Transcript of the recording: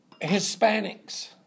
Hispanics